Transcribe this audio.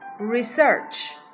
research